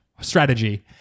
strategy